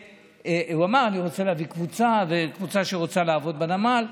הוא אמר: אני רוצה להביא קבוצה שרוצה לעבוד בנמל.